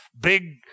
big